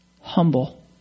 humble